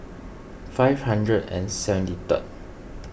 five hundred and seventy third